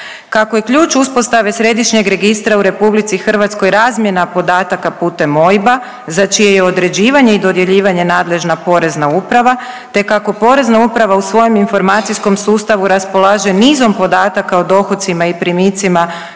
Kako je ključ uspostave središnjeg registra u RH razmjena podataka putem OIB-a za čije je određivanje i dodjeljivanje nadležna porezna uprava, te kako porezna uprava u svojem informacijskom sustavu raspolaže nizom podataka o dohocima i primicima